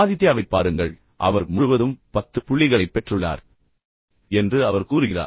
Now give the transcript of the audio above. ஆதித்யாவைப் பாருங்கள் அவர் முழுவதும் 10 புள்ளிகளைப் பெற்றுள்ளார் என்று அவர் கூறுகிறார்